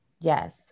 Yes